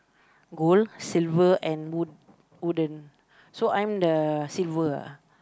gold silver and wood~ wooden so I'm the silver ah